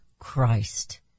christ